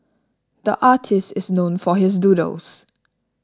the artist is known for his doodles